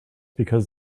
because